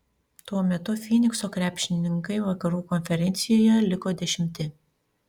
tuo metu fynikso krepšininkai vakarų konferencijoje liko dešimti